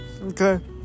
Okay